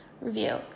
Review